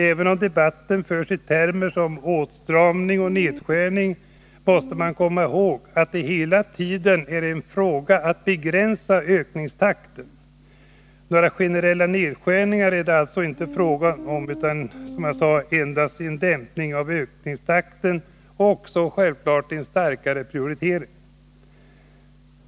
Även om debatten förs i termer som ”åtstramning” och ”nedskärning”, måste man komma ihåg att det hela tiden är fråga om att begränsa ökningstakten. Några generella nedskärningar är det alltså inte fråga om, som jag sade, utan endast en dämpning av ökningstakten och självfallet också en starkare prioritering.